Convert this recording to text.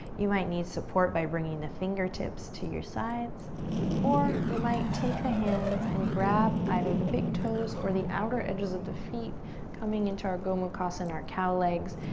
you might need support by bringing the fingertips to your sides or we might take the hands and grab, either the big toes or the outer edges of the feet coming into our gomukhasan, our cow legs.